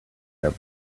have